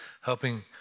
helping